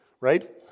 Right